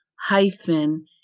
hyphen